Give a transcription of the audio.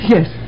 Yes